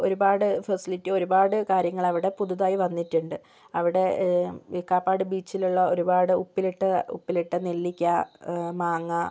ഒരുപാട് ഫെസിലിറ്റി ഒരുപാട് കാര്യങ്ങളവിടെ പുതുതായി വന്നിട്ടുണ്ട് അവിടെ കാപ്പാട് ബീച്ചിലുള്ള ഒരുപാട് ഉപ്പിലിട്ട ഉപ്പിലിട്ട നെല്ലിക്കാ മാങ്ങാ